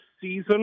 season